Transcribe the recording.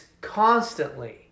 constantly